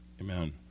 Amen